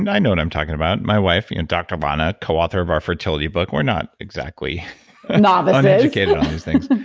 and i know what i'm talking about. my wife, you know dr. lana coauthor of our fertility book, we're not exactly but uneducated on these things,